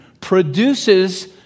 produces